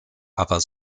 aber